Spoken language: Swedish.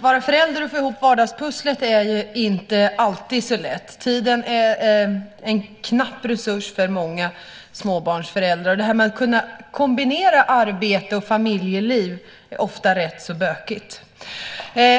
vara förälder och få ihop vardagspusslet är inte alltid så lätt. Tiden är en knapp resurs för många småbarnsföräldrar. Att kunna kombinera arbete och familjeliv är ofta rätt så bökigt.